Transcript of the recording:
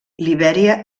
libèria